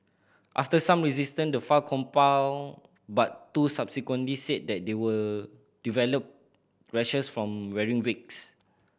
after some resistance the five complied but two subsequently said that they will developed rashes from wearing wigs